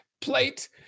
Plate